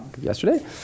yesterday